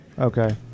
okay